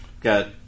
Got